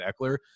Eckler